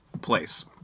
place